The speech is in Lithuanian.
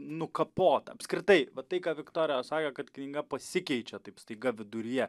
nukapota apskritai va tai ką viktorija sakė kad knyga pasikeičia taip staiga viduryje